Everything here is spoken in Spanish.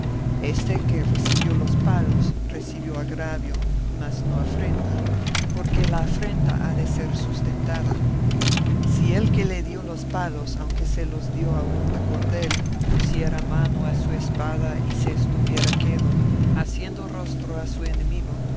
este que recibió los palos recibió agravio mas no afrenta porque la afrenta ha de ser sustentada si el que le dio los palos aunque se los dio a hurtacordel pusiera mano a su espada y se estuviera quedo haciendo rostro a su enemigo